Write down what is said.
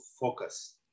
focus